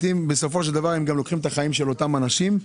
בסופו של דבר הם לוקחים את החיים של אותם אנשים.